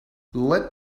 let